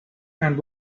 and